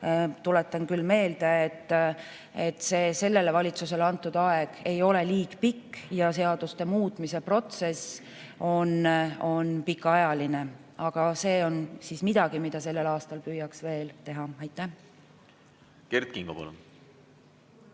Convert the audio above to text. Tuletan meelde, et sellele valitsusele antud aeg ei ole liig pikk ja seaduste muutmise protsess on pikaajaline. Aga see on midagi, mida sellel aastal püüaks veel teha. Kert Kingo,